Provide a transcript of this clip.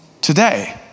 today